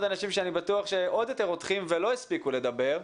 אנשים שאני בטוח שעוד יותר רותחים ולא הספיקו לדבר.